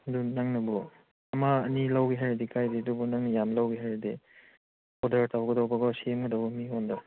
ꯑꯗꯨ ꯅꯪꯅꯕꯨ ꯑꯃ ꯑꯅꯤ ꯂꯧꯒꯦ ꯍꯥꯏꯔꯗꯤ ꯀꯥꯏꯗꯦ ꯑꯗꯨꯕꯨ ꯅꯪ ꯌꯥꯝ ꯂꯧꯒꯦ ꯍꯥꯏꯔꯗꯤ ꯑꯣꯗꯔ ꯇꯧꯒꯗꯧꯕꯀꯣ ꯁꯦꯝꯒꯗꯧꯕ ꯃꯤꯉꯣꯟꯗ